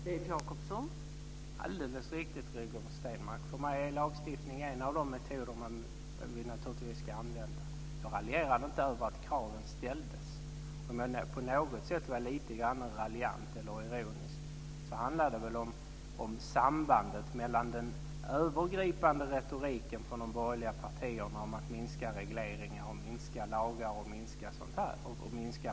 Fru talman! Det är alldeles riktigt, Rigmor Stenmark. För mig är lagstiftning en av de metoder som vi naturligtvis ska använda. Jag raljerade inte över att kraven ställdes. Om jag på något sätt var lite grann raljant eller ironisk så handlade det om sambandet mellan kraven och den övergripande retoriken från de borgerliga partierna om att minska regleringar, minska lagar och minska pappersfloden osv.